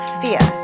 fear